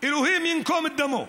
אלוהים ינקום את דמו.